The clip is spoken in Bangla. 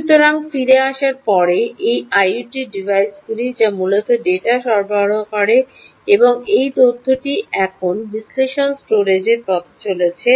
সুতরাং ফিরে আসার পরে এইগুলি আইওটি ডিভাইসগুলি যা মূলত ডেটা সরবরাহ করে এবং এই তথ্যটি এখন বিশ্লেষণ স্টোরেজটির পথে চলেছে